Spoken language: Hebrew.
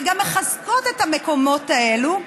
וגם מחזקות את המקומות האלה,